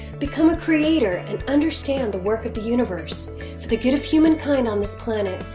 become a creator and understand the work of the universe for the good of humankind on this planet,